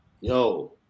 Yo